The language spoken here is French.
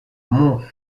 mont